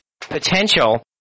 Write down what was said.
potential